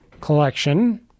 collection